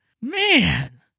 man